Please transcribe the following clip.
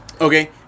Okay